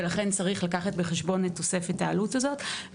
ולכן צריך לקחת בחשבון את תוספת העלות הזאת.